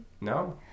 No